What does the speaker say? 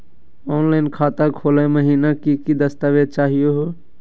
Online खाता खोलै महिना की की दस्तावेज चाहीयो हो?